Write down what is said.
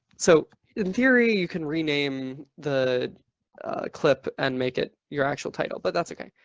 so in theory, you can rename the clip and make it your actual title, but that's okay.